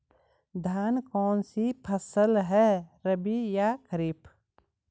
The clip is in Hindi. धान कौन सी फसल है रबी या खरीफ?